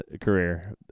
career